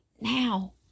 now